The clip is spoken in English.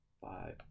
five